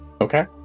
Okay